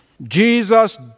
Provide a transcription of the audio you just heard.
Jesus